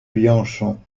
bianchon